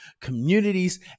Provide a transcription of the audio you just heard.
communities